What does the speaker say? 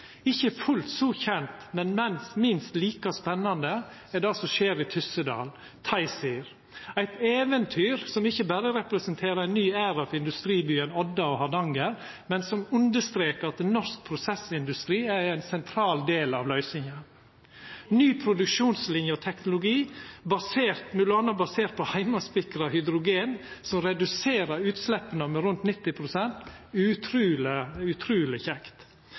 Ikkje fullt så kjent, men minst like spennande er det som skjer i Tyssedal, TiZir, eit eventyr som ikkje berre representerer ein ny æra for industribyen Odda og for Hardanger, men som understrekar at norsk prosessindustri er ein sentral del av løysinga. Ny produksjonslinje og -teknologi, m.a. basert på «heimespikra» hydrogen, som reduserer utsleppa med rundt 90 pst., er utruleg kjekt.